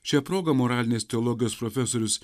šia proga moralinės teologijos profesorius